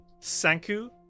Sanku